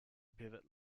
pivot